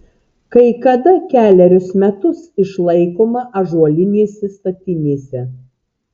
kai kada kelerius metus išlaikoma ąžuolinėse statinėse